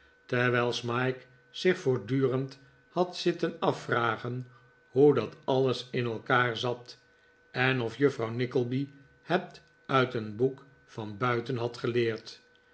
terwijl smike zich voortdurend had zitten afvragen hoe dat alles in elkaar zat en of juffrouw nickleby het uit een boek van buiten had geleerd